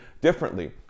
differently